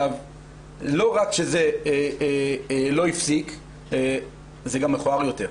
לא רק שזה לא הפסיק אלא זה גם יותר מכוער.